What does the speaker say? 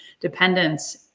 dependence